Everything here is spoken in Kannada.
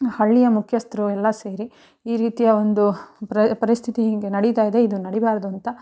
ಹಳ್ಳಿಯ ಮುಖ್ಯಸ್ಥರು ಎಲ್ಲ ಸೇರಿ ಈ ರೀತಿಯ ಒಂದು ಪ್ರ ಪರಿಸ್ಥಿತಿ ಹೀಗೆ ನಡೀತಾ ಇದೆ ಇದು ನಡೀಬಾರ್ದು ಅಂತ